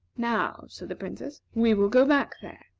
now, said the princess, we will go back there,